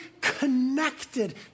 connected